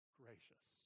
gracious